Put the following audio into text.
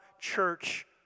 church